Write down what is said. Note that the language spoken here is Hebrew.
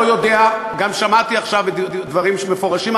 אני לא יודע, גם שמעתי עכשיו דברים מפורשים.